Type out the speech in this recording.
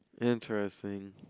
Interesting